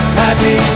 happy